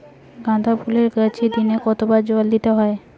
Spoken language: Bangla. গাদা ফুলের গাছে দিনে কতবার জল দিতে হবে?